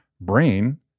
brain